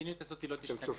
המדיניות הזאת לא תשתנה.